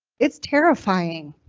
it's terrifying.